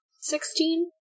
sixteen